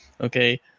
Okay